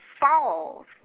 falls